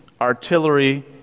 artillery